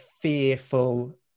fearful